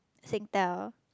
Singtel